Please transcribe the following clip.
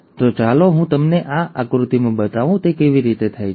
તો ચાલો હું તમને એક આકૃતિમાં બતાવું કે તે કેવી રીતે થાય છે